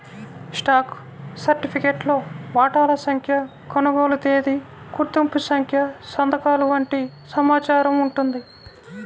stock సర్టిఫికేట్లో వాటాల సంఖ్య, కొనుగోలు తేదీ, గుర్తింపు సంఖ్య సంతకాలు వంటి సమాచారం ఉంటుంది